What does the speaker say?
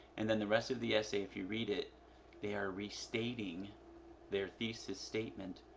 and then the rest of the essay if you read it they air restating their thesis statement,